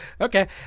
Okay